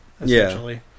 essentially